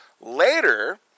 Later